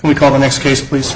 we call the next case please